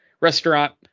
restaurant